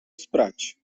sprać